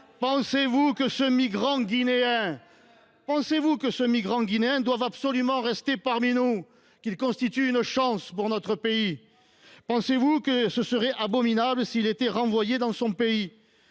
On a le scandale sélectif ! Pensez vous que ce migrant guinéen doive absolument rester parmi nous, qu’il constitue une chance pour notre pays ? Pensez vous que ce serait abominable s’il était renvoyé dans son pays ?